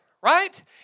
right